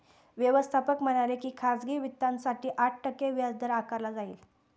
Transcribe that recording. व्यवस्थापक म्हणाले की खाजगी वित्तासाठी आठ टक्के व्याजदर आकारला जाईल